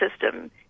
system